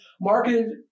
marketed